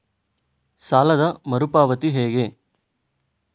ಸಾಲದ ಮರು ಪಾವತಿ ಹೇಗೆ?